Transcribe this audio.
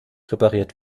repariert